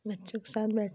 बच्चों क साथ बैठे हैं